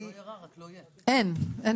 כן, בבקשה.